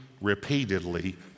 repeatedly